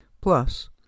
Plus